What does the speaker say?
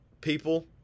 people